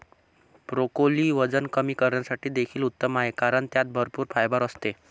broccoli वजन कमी करण्यासाठी देखील उत्तम आहे कारण त्यात भरपूर फायबर असते